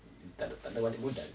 tak ada tak ada balik modal